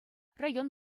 район